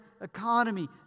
economy